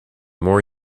more